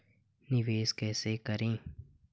निवेश कैसे करें?